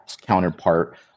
counterpart